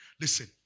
Listen